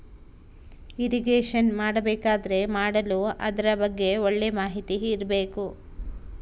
irrigation ಮಾಡಬೇಕಾದರೆ ಮಾಡಲು ಅದರ ಬಗ್ಗೆ ಒಳ್ಳೆ ಮಾಹಿತಿ ಇರ್ಬೇಕು